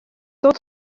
dans